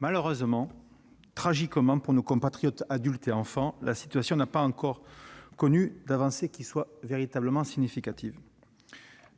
Malheureusement, tragiquement pour nos compatriotes adultes et enfants, la situation n'a pas encore connu d'avancées véritablement significatives.